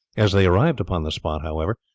as they arrived upon the spot, however,